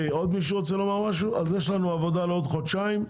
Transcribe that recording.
אז יש לנו עבודה לעוד חודשיים.